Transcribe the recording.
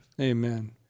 Amen